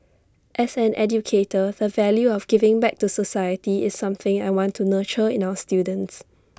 as an educator the value of giving back to society is something I want to nurture in our students